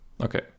Okay